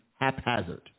haphazard